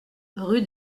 rue